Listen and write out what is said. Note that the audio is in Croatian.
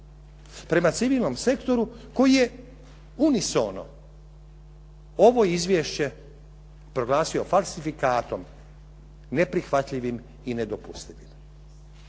prema civilnom sektoru koji je unisono ovo izvješće proglasio falsifikatom, neprihvatljivim i nedopustivim.